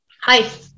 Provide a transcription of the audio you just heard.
Hi